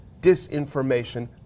disinformation